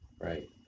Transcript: right